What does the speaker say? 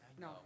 No